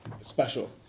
special